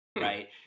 Right